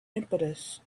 impetus